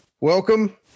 welcome